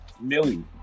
Millie